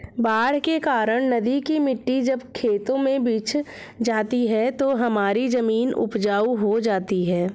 बाढ़ के कारण नदी की मिट्टी जब खेतों में बिछ जाती है तो हमारी जमीन उपजाऊ हो जाती है